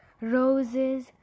roses